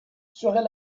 serait